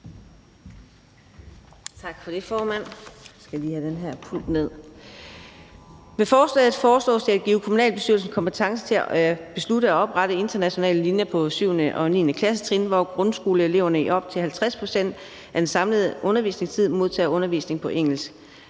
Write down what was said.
Tak for det, formand. Med forslaget foreslås det at give kommunalbestyrelsen kompetence til at beslutte at oprette internationale linjer på 7.-9. klassetrin, hvor grundskoleeleverne i op til 50 pct. af den samlede undervisningstid modtager undervisning på engelsk.